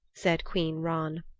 said queen ran.